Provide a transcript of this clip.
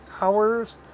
hours